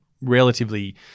relatively